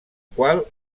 qual